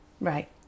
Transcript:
right